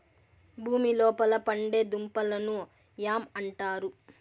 భూమి లోపల పండే దుంపలను యామ్ అంటారు